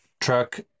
truck